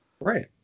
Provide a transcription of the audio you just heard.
Right